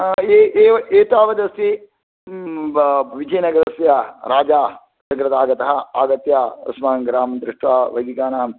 ए एव एवावदस्ति विजयनगरस्य राजा सकृदागतः आगत्य अस्माकं ग्रामं दृष्ट्वा वैदिकानां